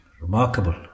Remarkable